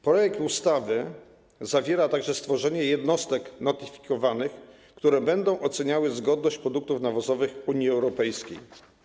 Projekt ustawy przewiduje także stworzenie jednostek notyfikowanych, które będą oceniały zgodność produktów nawozowych Unii Europejskiej.